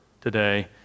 today